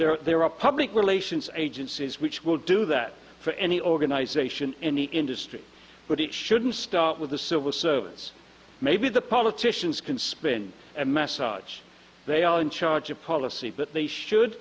there there are public relations agencies which will do that for any organization any industry but it shouldn't start with the civil servants maybe the politicians can spin and message they are in charge of policy but they should